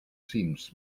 cims